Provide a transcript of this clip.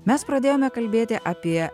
mes pradėjome kalbėti apie